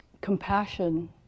compassion